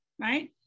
right